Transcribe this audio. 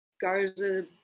Garza